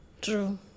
True